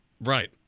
Right